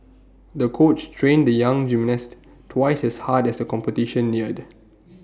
the coach trained the young gymnast twice as hard as the competition neared